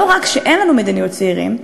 לא רק שאין לנו מדיניות צעירים,